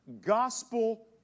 gospel